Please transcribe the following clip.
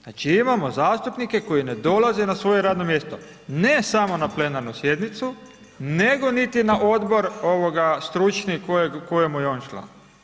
Znači, imamo zastupnike koji ne dolaze na svoje radno mjesto, ne samo na plenarnu sjednicu, nego niti na odbor stručni kojemu je on član.